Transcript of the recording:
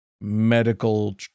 medical